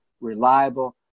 reliable